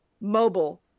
Mobile